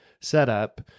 setup